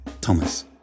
Thomas